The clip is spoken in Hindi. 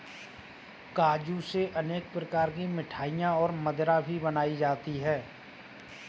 काजू से अनेक प्रकार की मिठाईयाँ और मदिरा भी बनाई जाती है